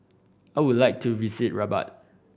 I would like to visit Rabat